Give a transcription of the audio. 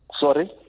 Sorry